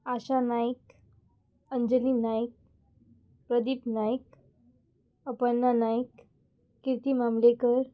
Asha Nayak Anjali Nayak Pradeep Nayak Aparna Nayak Kirti Mamdekar